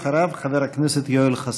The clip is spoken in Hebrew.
אחריו חבר הכנסת יואל חסון.